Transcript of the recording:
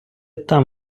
там